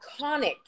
iconic